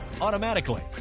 automatically